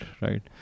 right